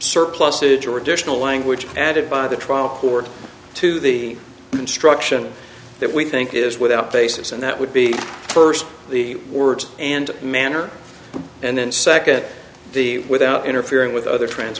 surplusage or additional language added by the trial court to the instruction that we think is without basis and that would be first the words and manner and then second the without interfering with other